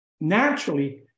naturally